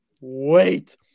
wait